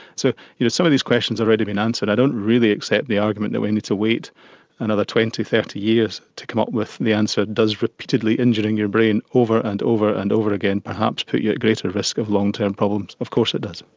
so you know some of these questions have already been answered. i don't really accept the argument that we need to wait another twenty, thirty years to come up with the answer does repeatedly injuring your brain over and over and over again perhaps put you at greater risk of long-term problems? of course it does.